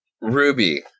Ruby